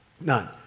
None